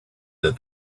that